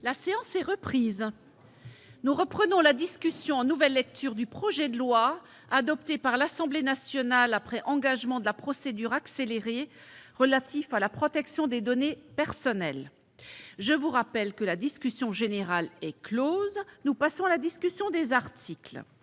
La séance est reprise. Nous reprenons la discussion en nouvelle lecture du projet de loi, adopté en nouvelle lecture par l'Assemblée nationale après engagement de la procédure accélérée, relatif à la protection des données personnelles. Mes chers collègues, je vous rappelle que la discussion générale est close. Nous passons à la discussion du texte